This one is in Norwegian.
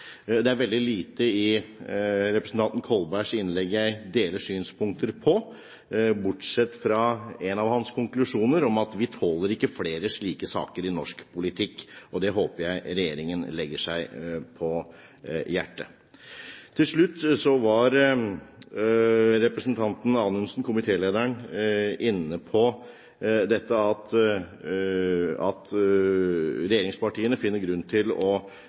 Det er veldig få av synspunktene i representanten Kolbergs innlegg jeg er enig i, bortsett fra en av hans konklusjoner, at vi tåler ikke flere slike saker i norsk politikk. Det håper jeg regjeringen legger seg på hjertet. Til slutt: Representanten Anundsen, komitélederen, var inne på at regjeringspartiene finner grunn til å